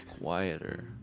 Quieter